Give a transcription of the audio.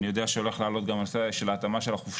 אני יודע שהולך גם להעלות הנושא של התאמת החופשות